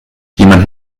jemand